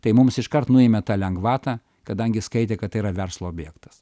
tai mums iškart nuėmė tą lengvatą kadangi skaitė kad tai yra verslo objektas